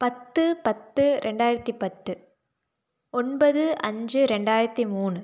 பத்து பத்து ரெண்டாயிரத்து பத்து ஒன்பது அஞ்சு ரெண்டாயிரத்து மூணு